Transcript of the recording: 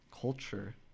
culture